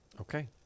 okay